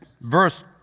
verse